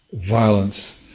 violence,